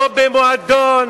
לא במועדון,